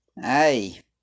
hey